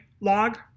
log